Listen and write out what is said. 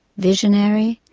visionary,